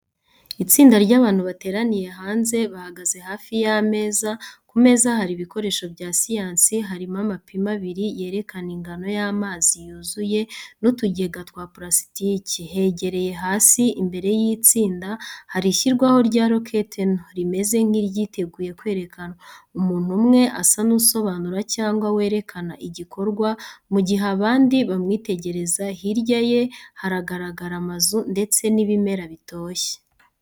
Itsinda ry’abantu bateraniye hanze, bahagaze hafi y’ameza. Ku meza hari ibikoresho bya siyansi, harimo amapima abiri yerekana ingano y’amazi yuzuye, n’utugega twa purasitiki. Hegereye hasi imbere y’itsinda hari ishyirwaho rya rokete nto, rimeze nk’iryiteguye kwerekanwa. Umuntu umwe asa n’usobanura cyangwa werekana igikorwa, mu gihe abandi bamwitegereza, Hirya ye haragaraga amazu ndetse n'ibimera bitoshye.